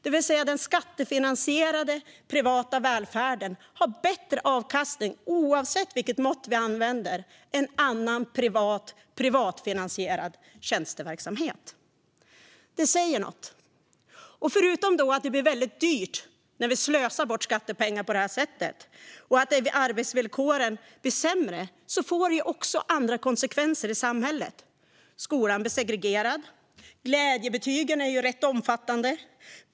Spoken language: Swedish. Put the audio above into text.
Den skattefinansierade privata välfärden har alltså bättre avkastning, oavsett vilket mått vi använder, än privat tjänsteverksamhet som är privatfinansierad. Det säger något. Förutom att det blir väldigt dyrt att slösa bort skattepengar på det här sättet och förutom att arbetsvillkoren blir sämre får det andra konsekvenser i samhället. Skolan blir segregerad. Glädjebetygen är rätt omfattande.